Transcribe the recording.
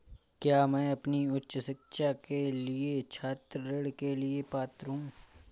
क्या मैं अपनी उच्च शिक्षा के लिए छात्र ऋण के लिए पात्र हूँ?